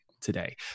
today